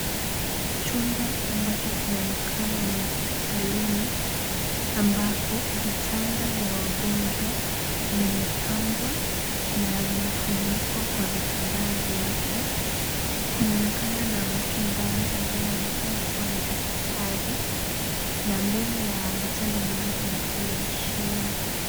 Chumba ambacho kinaonekana ni ya hospitalini ambapo vitanda vya wagonjwa vimepangwa na vimefunikwa kwa vitambaa vyeupe. Kunaonekana na mtu ndani ambaye anaonekana kuwa ni daktari na mbele ya vitanda hivi kuna televisheni.